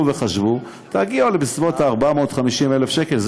צאו וחשבו ותגיעו למשהו בסביבות 450,000 שקל.